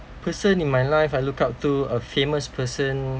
person in my life I look up to a famous person